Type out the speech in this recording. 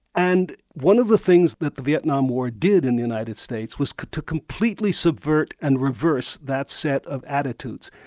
and one of the things that the vietnam war did in the united states was to completely subvert and reverse that set of attitudes.